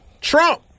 Trump